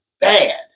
bad